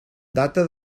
data